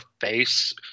face